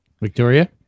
Victoria